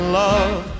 love